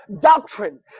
doctrine